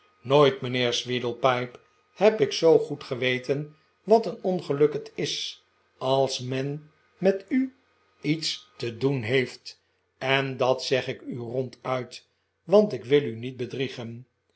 nooit mijnheer sweedlepipe heb ik zoo goed geweten wat een ongeluk het is als men met u iets te doen heeft en dat zeg ik u ronduit want ik wil u niet bedriegen